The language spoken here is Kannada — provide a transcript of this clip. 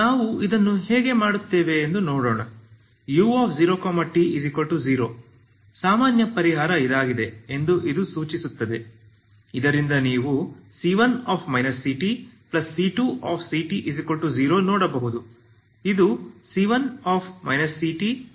ನಾವು ಇದನ್ನು ಹೇಗೆ ಮಾಡುತ್ತೇವೆ ಎಂದು ನೋಡೋಣ u0t0 ಸಾಮಾನ್ಯ ಪರಿಹಾರ ಇದಾಗಿದೆ ಎಂದು ಇದು ಈಗ ಸೂಚಿಸುತ್ತದೆ ಇದರಿಂದ ನೀವು c1 ctc2ct0 ನೋಡಬಹುದು